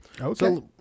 Okay